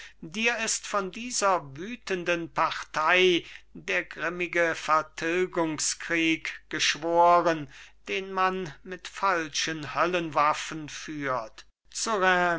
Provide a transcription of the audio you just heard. die ist von dieser wütenden partei der grimmige vertilgungskrieg geschworen den man mit falschen höllenwaffen führt